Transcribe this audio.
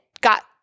got